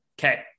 Okay